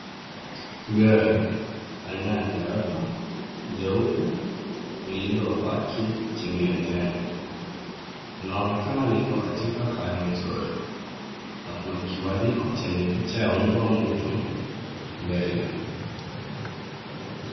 Gari aina ya Toyota jeupe lililopaki chini ya jengo, inaonekana liko katika hali nzuri na kuna kibandiko chenye picha ya mbwa mwitu mbele.